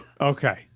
Okay